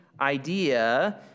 idea